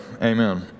amen